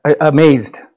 amazed